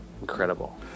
Incredible